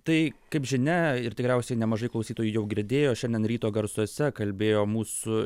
tai kaip žinia ir tikriausiai nemažai klausytojų jau girdėjo šiandien ryto garsuose kalbėjo mūsų